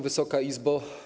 Wysoka Izbo!